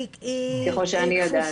ככל שאני יודעת.